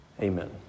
Amen